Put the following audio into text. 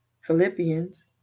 Philippians